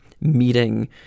meeting